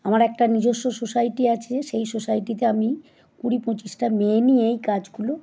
আমার একটা নিজস্ব সোসাইটি আছে সেই সোসাইটিতে আমি কুড়ি পঁচিশটা মেয়ে নিয়ে এই কাজগুলো